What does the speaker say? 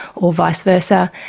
or vice versa,